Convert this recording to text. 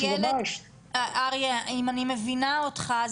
אם אני מבינה אותך,